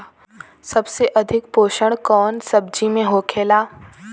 सबसे अधिक पोषण कवन सब्जी में होखेला?